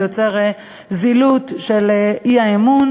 זה יוצר זילות של האי-אמון,